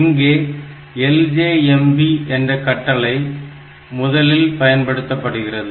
இங்கே LJMP என்ற கட்டளை முதலில் பயன்படுத்தப்படுகிறது